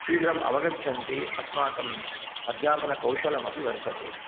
शीघ्रम् अवगच्छन्ति अस्माकम् अध्यापनकौशलमपि वर्धते